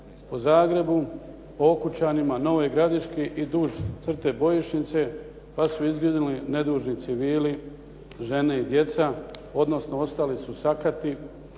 u Zagrebu, Okučanima, Novoj Gradiški i duž crte bojišnice kad su izginuli nedužni civili, žene i djeca, odnosno ostali su sakati